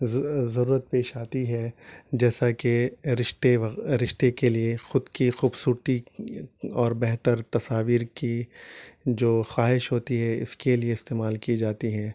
ضو ضرورت پیش آتی ہے جیسا کہ رشتے وغ رشتے کے لیے خود کی خوبصورتی اور بہتر تصاویر کی جو خواہش ہوتی ہے اس کے لیے استعمال کی جاتی ہیں